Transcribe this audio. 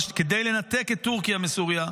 כדי לנתק את טורקיה מסוריה.